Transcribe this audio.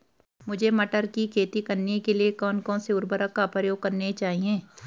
मुझे मटर की खेती करने के लिए कौन कौन से उर्वरक का प्रयोग करने चाहिए?